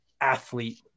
athlete